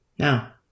Now